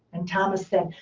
and thomas said,